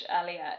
earlier